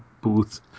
booth